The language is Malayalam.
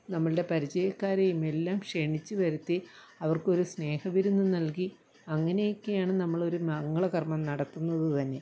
നമ്മളുടെ പരിചയക്കാരെയും എല്ലാം ക്ഷണിച്ചു വരുത്തി അവർക്കൊരു സ്നേഹ വിരുന്ന് നൽകി അങ്ങനെയൊക്കെയാണ് നമ്മളൊരു മംഗള കർമ്മം നടത്തുന്നതു തന്നെ